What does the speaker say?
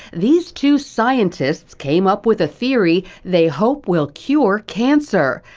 these two scientists came up with a theory they hope will cure cancer.